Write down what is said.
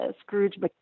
Scrooge